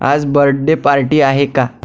आज birthday party आहे का